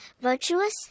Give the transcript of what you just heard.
virtuous